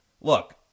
Look